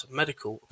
medical